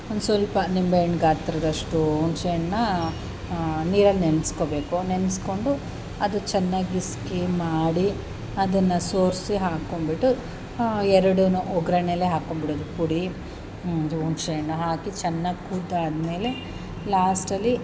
ಒಂದು ಸ್ವಲ್ಪ ನಿಂಬೆಹಣ್ಣು ಗಾತ್ರದಷ್ಟು ಹುಣಸೇ ಹಣ್ಣನ್ನ ನೀರಲ್ಲಿ ನೆನ್ಸ್ಕೊಳ್ಬೇಕು ನೆನೆಸ್ಕೊಂಡು ಅದು ಚೆನ್ನಾಗಿ ಹಿಸುಕಿ ಮಾಡಿ ಅದನ್ನು ಸೋರಿಸಿ ಹಾಕೊಂಡ್ಬಿಟ್ಟು ಎರಡನ್ನು ಒಗ್ಗರಣೆಲೇ ಹಾಕೊಂಡ್ಬಿಡೋದು ಪುಡಿ ಇದು ಹುಣಸೇಹಣ್ಣು ಹಾಕಿ ಚನ್ನಾಗ್ ಕುದ್ದಾದ್ಮೇಲೆ ಲಾಸ್ಟಲಿ